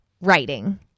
writing